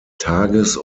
tages